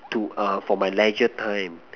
to a for my Leisure time